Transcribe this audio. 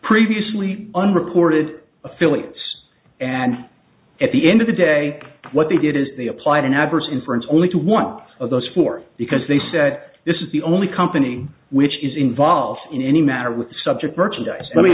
previously unrecorded affiliates and at the end of the day what they did is they applied an adverse inference only to one of those four because they said this is the only company which is involved in any matter with subject merchandise let me